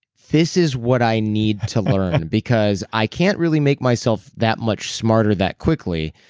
this is what i need to learn because i can't really make myself that much smarter that quickly.